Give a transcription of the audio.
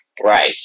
Right